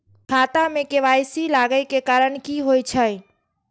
खाता मे के.वाई.सी लागै के कारण की होय छै?